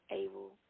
able